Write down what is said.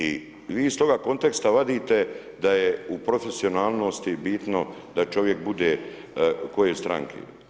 I vi iz toga konteksta vadite da je u profesionalnosti bitno da čovjek bude u kojoj stranci.